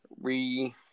re